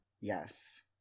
Yes